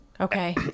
Okay